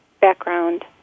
background